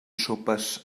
sopes